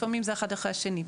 לפעמים זה אחד אחרי השני,